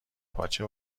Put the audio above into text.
پاچه